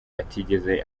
atigeze